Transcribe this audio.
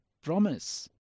promise